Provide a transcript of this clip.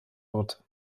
wird